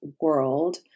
world